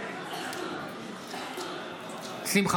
נגד